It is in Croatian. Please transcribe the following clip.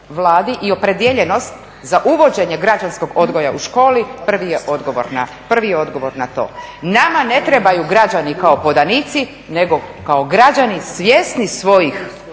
i opredijeljenost za uvođenje građanskog odgoja u školi, prvi je odgovor na to. Nama ne trebaju građani kao podanici, nego kao građani svjesni svojih